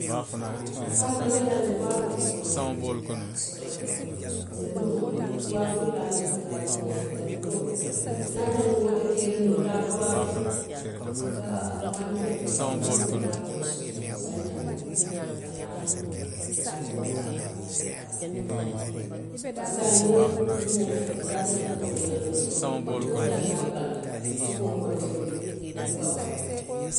Haŋ saayiŋ ntelu le jaŋ de waatoo bee, a soto le pasiko muŋ noŋ, waafirilaalu minnu ka taa luumoo to, i ka ndukoo ke naŋ niŋ a ye a tara nuŋ wo te keeriŋ taabulu waafiroo n ka a ka mankee le pasiko kanjoo ye waatoo le soto, sanjaanoo i ka taa le, jaatoo ka taa le, kaanoo ka taa le i bee ka baŋ ne bari saayiŋ niŋ luumoo be keeriŋ, i taata i ye ndukoo ke naŋ luumoo to, hani jaŋ taa banta, i ka wo kontineendi le, wo buka baŋ.